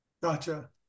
Gotcha